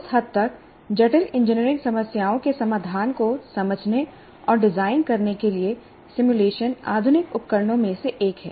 उस हद तक जटिल इंजीनियरिंग समस्याओं के समाधान को समझने और डिजाइन करने के लिए सिमुलेशन आधुनिक उपकरणों में से एक है